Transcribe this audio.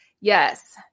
Yes